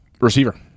receiver